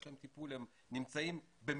יש להם טיפול והם נמצאים במסגרת.